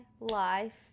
life